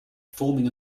forming